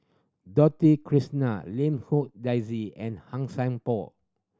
Krishnan Lim Hong Daisy and Han Sai Por